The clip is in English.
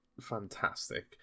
fantastic